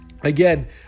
again